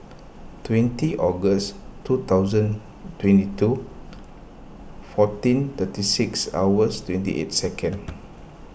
twenty August two thousand twenty two fourteen thirty six hours twenty eight second